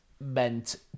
meant